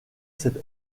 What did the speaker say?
cette